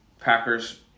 Packers